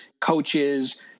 coaches